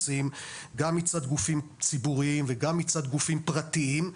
גם מצד גופים ציבוריים וגם מצד גופים פרטיים,